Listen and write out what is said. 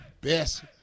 best